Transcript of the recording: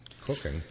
cooking